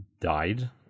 died